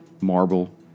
marble